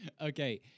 Okay